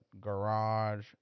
garage